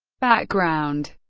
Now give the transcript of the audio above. background